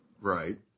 Right